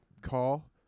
call